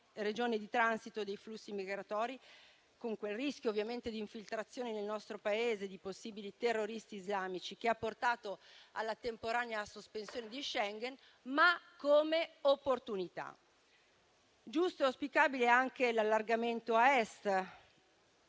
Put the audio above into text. regione di transito dei flussi migratori, con quel rischio di infiltrazioni nel nostro Paese di possibili terroristi islamici che ha portato alla temporanea sospensione degli accordi di Schengen, ma come opportunità. È giusto e auspicabile anche l'allargamento a Est